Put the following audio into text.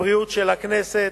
הבריאות של הכנסת,